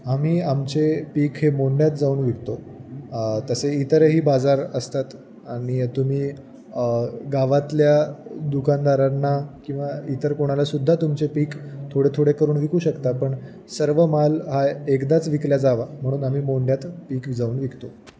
आम्ही आमचे पीक हे मोंढ्यात जाऊन विकतो तसे इतरही बाजार असतात आणि तुम्ही गावातल्या दुकानदारांना किंवा इतर कोणालासुद्धा तुमचे पीक थोडे थोडे करून विकू शकता पण सर्व माल हा एकदाच विकला जावा म्हणून आमी मोंढ्यात पीक जाऊन विकतो